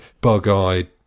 bug-eyed